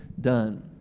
done